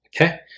okay